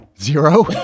Zero